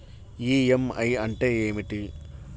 EMI అంటే ఏమిటి?